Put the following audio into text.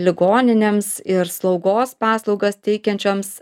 ligoninėms ir slaugos paslaugas teikiančioms